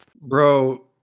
Bro